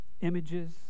images